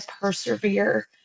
persevere